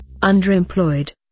underemployed